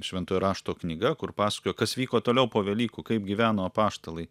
šventojo rašto knyga kur pasakoja kas vyko toliau po velykų kaip gyveno apaštalai